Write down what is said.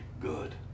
good